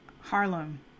Harlem